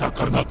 ah coming